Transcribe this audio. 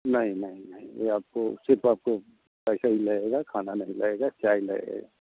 नहीं नहीं नहीं ये आपको सिर्फ आपको पैसा लगेगा खाना नहीं लगेगा चाय लगेगा